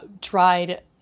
dried